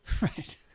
Right